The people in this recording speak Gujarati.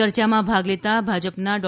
ચર્ચામાં ભાગ લેતા ભાજપના ડૉ